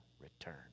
return